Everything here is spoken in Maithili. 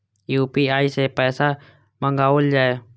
यू.पी.आई सै पैसा मंगाउल जाय?